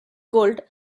gold